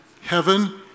heaven